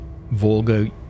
Volga